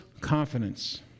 confidence